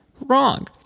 Wrong